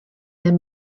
their